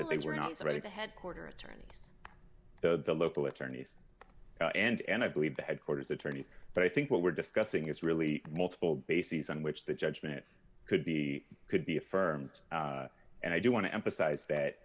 they were not ready to headquarter attorneys the local attorneys and i believe the headquarters attorneys but i think what we're discussing is really multiple bases in which the judgment could be could be affirmed and i do want to emphasize that